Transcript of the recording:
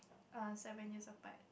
err seven years apart